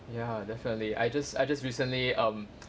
ya definitely I just I just recently um